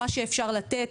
מה שאפשר לתת,